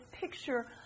picture